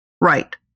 Right